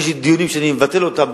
יש לי דיונים שאני מבטל אותם,